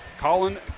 Colin